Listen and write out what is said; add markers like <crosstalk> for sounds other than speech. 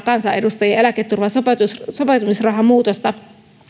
<unintelligible> kansanedustajien eläketurvan sopeutumisrahan muutosta